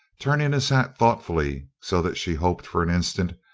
turning his hat thoughtfully so that she hoped, for an instant,